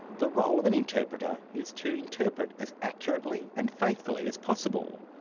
the role of an interpreter is to interpret as accurately and faithfully as possible.